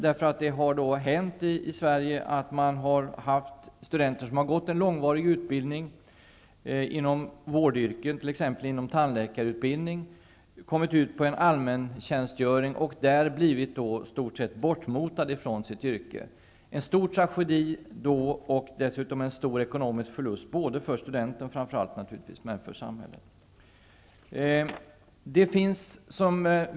Det har hänt att studenter i Sverige, vilka har genomgått en lång utbildning inom ett vårdyrke, t.ex. en tandläkarutbildning, har kommit till en allmäntjänstgöring och i stort sett blivit bortmotade från sin yrkesutövning. Det innebär en stor tragedi och dessutom en stor ekonomisk förlust framför allt för studenten men även för samhället.